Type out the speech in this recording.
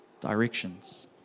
directions